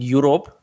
Europe